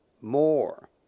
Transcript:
more